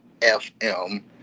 fm